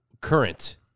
current